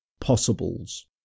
possibles